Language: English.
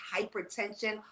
hypertension